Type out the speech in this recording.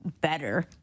better